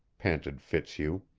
panted fitzhugh.